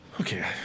Okay